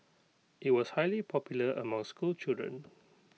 IT was highly popular among schoolchildren